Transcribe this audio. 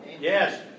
Yes